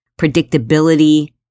predictability